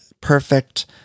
perfect